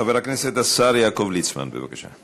חבר הכנסת השר יעקב ליצמן, בבקשה.